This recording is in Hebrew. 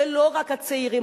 ולא רק הצעירים,